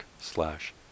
slash